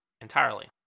entirely